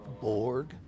Borg